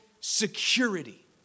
security